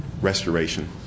restoration